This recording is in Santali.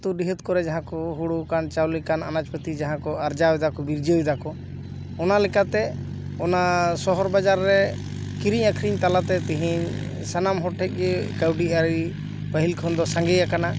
ᱟᱛᱳ ᱰᱤᱦᱟᱹᱛ ᱠᱚᱨᱮ ᱡᱟᱦᱟᱸ ᱠᱚ ᱦᱩᱲᱩ ᱠᱟᱱ ᱪᱟᱣᱞᱮ ᱠᱟᱱ ᱟᱱᱟᱡ ᱯᱟᱹᱛᱤ ᱡᱟᱦᱟᱸ ᱠᱚ ᱟᱨᱡᱟᱣ ᱮᱫᱟᱠᱚ ᱵᱤᱨᱡᱟᱹᱣ ᱮᱫᱟᱠᱚ ᱚᱱᱟ ᱞᱮᱠᱟᱛᱮ ᱚᱱᱟ ᱥᱚᱦᱚᱨ ᱵᱟᱡᱟᱨ ᱨᱮ ᱠᱤᱨᱤᱧ ᱟᱹᱠᱷᱨᱤᱧ ᱛᱟᱞᱟᱛᱮ ᱛᱮᱦᱮᱧ ᱥᱟᱱᱟᱢ ᱦᱚᱲᱴᱷᱮᱱ ᱜᱮ ᱠᱟᱹᱣᱰᱤ ᱟᱹᱨᱤ ᱯᱟᱹᱦᱤᱞ ᱠᱷᱚᱱ ᱫᱚ ᱥᱟᱸᱜᱮᱭᱟᱠᱟᱱᱟ